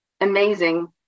amazing